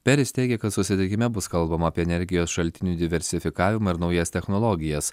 peris teigia kad susitikime bus kalbama apie energijos šaltinių diversifikavimą ir naujas technologijas